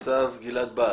סנ"צ גלעד בהט.